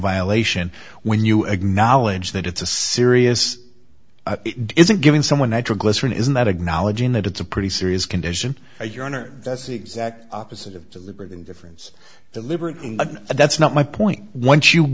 violation when you acknowledge that it's a serious isn't giving someone natural glycerin isn't that acknowledging that it's a pretty serious condition you're in or that's the exact opposite of deliberate indifference deliberate that's not my point once you